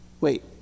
Wait